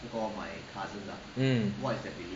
mm